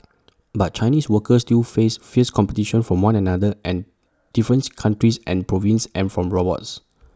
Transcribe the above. but Chinese workers still face fierce competition from one another and difference countries and provinces and from robots